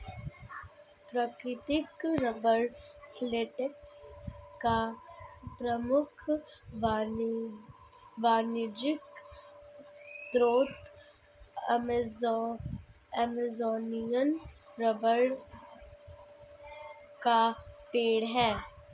प्राकृतिक rubber latex का प्रमुख वाणिज्यिक स्रोत अमेज़ॅनियन रबर का पेड़ है